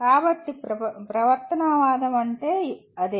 కాబట్టి ప్రవర్తనవాదం అంటే అదే